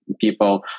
people